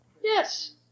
Yes